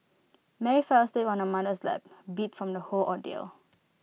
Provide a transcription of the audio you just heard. Mary fell asleep on her mother's lap beat from the whole ordeal